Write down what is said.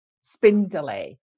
spindly